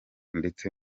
ndetse